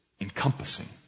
Encompassing